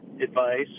advice